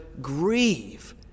grieve